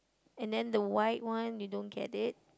and then the white one they don't get it